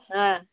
হ্যাঁ